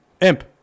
Imp